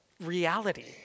Reality